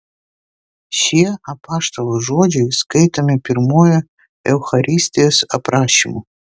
šie apaštalo žodžiai skaitomi pirmuoju eucharistijos aprašymu